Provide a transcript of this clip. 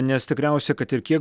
nes tikriausia kad ir kiek